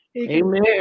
Amen